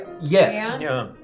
Yes